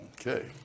Okay